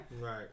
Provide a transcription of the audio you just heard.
Right